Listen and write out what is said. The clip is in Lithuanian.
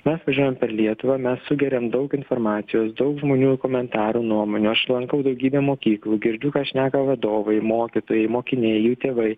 mes važiuojam per lietuvą mes sugeriam daug informacijos daug žmonių komentarų nuomonių aš lankau daugybę mokyklų girdžiu ką šneka vadovai mokytojai mokiniai jų tėvai